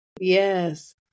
Yes